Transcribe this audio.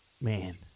man